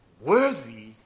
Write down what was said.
worthy